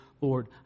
Lord